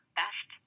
best